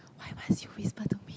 why must you whisper to me